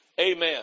Amen